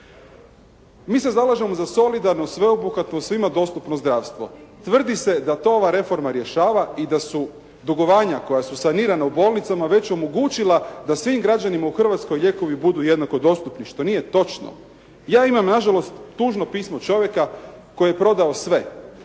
Mi se zalažemo za solidarnu, sveobuhvatno svima dostupno zdravstvo. Tvrdi se da to ova reforma rješava i da su dugovanja koja su sanirana u bolnicama već omogućila da svim građanima u Hrvatskoj lijekovi budu jednako dostupni što nije točno. Ja imam nažalost tužno pismo čovjeka koji je prodao sve